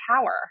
power